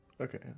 Okay